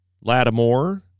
Lattimore